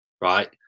right